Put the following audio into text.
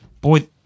boy